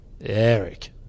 Eric